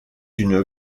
une